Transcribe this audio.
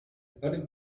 bunny